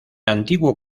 antiguo